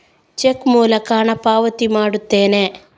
check ಮೂಲಕ ಹಣ ಪಾವತಿ ಮಾಡುತ್ತೇನೆ